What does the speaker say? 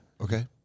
Okay